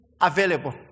available